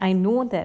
I know that